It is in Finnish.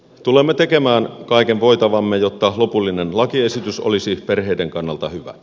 tulemme tekemään kaiken voitavamme jotta lopullinen lakiesitys olisi perheiden kannalta hyvä